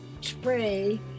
spray